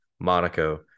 Monaco